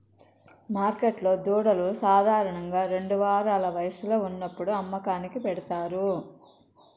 మార్కెట్లో దూడలు సాధారణంగా రెండు వారాల వయస్సులో ఉన్నప్పుడు అమ్మకానికి పెడతారు